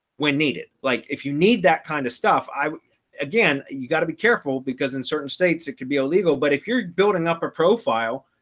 when needed, like if you need that kind of stuff. i again, you got to be careful because in certain states, that could be illegal. but if you're building up a profile,